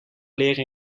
leren